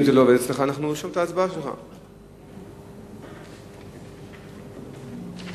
ההצעה להעביר את הנושא לוועדת החינוך,